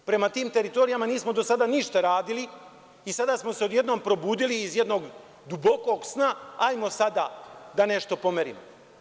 Prema tim teritorijama nismo do sada ništa radili i sada smo se odjednom probudili iz jednog dubokog sna – hajmo sada da nešto pomerimo.